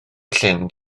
llyn